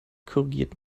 korrigiert